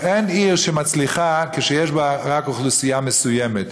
אין עיר שמצליחה כשיש בה רק אוכלוסייה מסוימת.